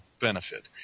benefit